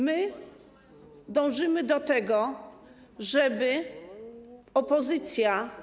My dążymy do tego, żeby opozycja.